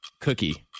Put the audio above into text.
cookie